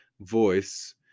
voice